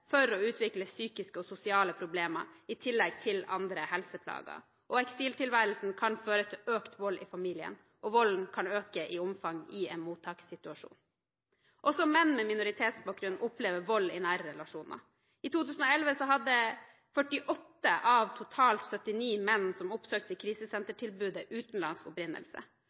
for å utvikle psykiske og sosiale problemer i tillegg til andre helseplager. Eksiltilværelsen kan føre til økt vold i familien, og volden kan øke i omfang i en mottaksituasjon. Også menn med minoritetsbakgrunn opplever vold i nære relasjoner. I 2011 hadde 48 av totalt 79 menn som oppsøkte krisesentertilbudet, utenlandsk opprinnelse.